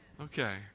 okay